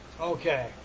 okay